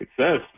success